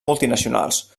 multinacionals